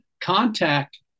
contact